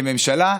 כממשלה,